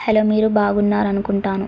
hello మీరు బాగున్నారనుకుంటాను